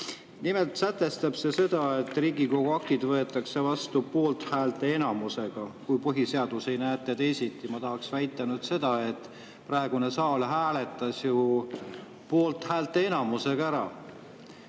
Nimelt sätestab see seda, et Riigikogu aktid võetakse vastu poolthäälte enamusega, kui põhiseadus ei näe ette teisiti. Ma tahan nüüd väita seda, et praegune saal hääletas ju poolthäälte enamusega ära.